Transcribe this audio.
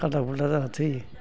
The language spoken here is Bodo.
गालदा गुलदा जाना थैयो